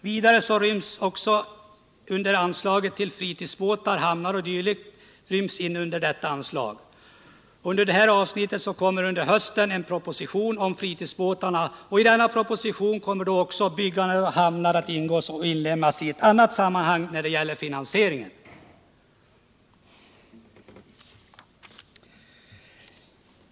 Under anslaget ryms vidare bidrag till hamnar o. d. för fritidsbåtar. I detta avsnitt kommer under hösten en proposition om fritidsbåtarna att läggas fram, och då kommer bidraget för hamnar m.m. att inlemmas i ett annat sammanhang när det gäller finansieringen.